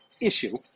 issue